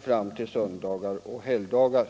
fram t.o.m. söndagar och helgdagar.